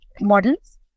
models